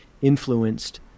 influenced